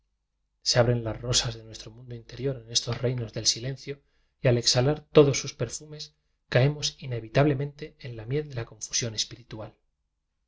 abren las rosas de nuestro mundo interior en estos reinos del silencio biblioteca nacional de españa y al exhalar todos sus perfumes caemos in evitablemente en la miel de la confusión